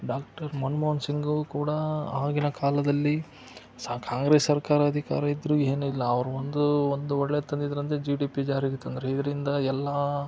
doctor Manmohan ಸಿಂಗ್ಗೂ ಕೂಡ ಆಗಿನ ಕಾಲದಲ್ಲಿ ಸ ಕಾಂಗ್ರೆಸ್ ಸರ್ಕಾರ ಅಧಿಕಾರ ಇದ್ದರೂ ಏನಿಲ್ಲ ಅವ್ರು ಒಂದು ಒಂದು ಒಳ್ಳೆಯ ತಂದಿದ್ದರಂದ್ರೆ ಜಿ ಡಿ ಪಿ ಜಾರಿಗೆ ತಂದ್ರು ಇದರಿಂದ ಎಲ್ಲ